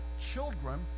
children